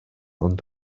ond